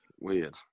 Weird